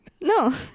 No